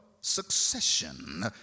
succession